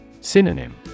Synonym